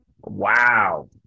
Wow